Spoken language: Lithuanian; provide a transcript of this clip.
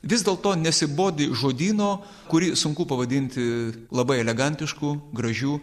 vis dėlto nesibodi žodyno kurį sunku pavadinti labai elegantiškų gražių